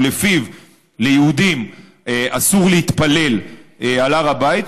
ולפיו ליהודים אסור להתפלל על הר הבית,